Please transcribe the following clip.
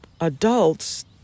adults